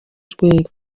rwego